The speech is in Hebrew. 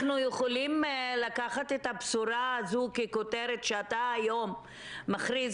אנחנו יכולים לקחת את הבשורה הזו ככותרת שאתה היום מכריז